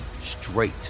straight